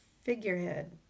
figurehead